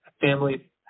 family